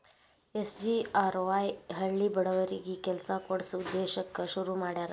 SGRY ಹಳ್ಳಿ ಬಡವರಿಗಿ ಕೆಲ್ಸ ಕೊಡ್ಸ ಉದ್ದೇಶಕ್ಕ ಶುರು ಮಾಡ್ಯಾರ